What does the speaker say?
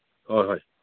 ꯍꯣꯏ ꯍꯣꯏ